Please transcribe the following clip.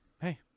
hey